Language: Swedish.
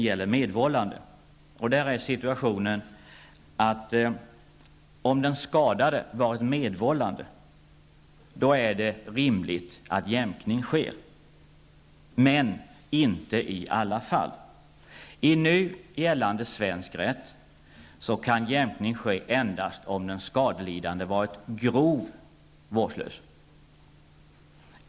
Om den skadade har varit medvållande är det rimligt att jämkning sker, men detta bör inte gälla i alla fall. I nu gällande svensk rätt kan jämkning ske endast om den skadelidande varit grovt vårdslös.